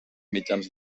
mitjans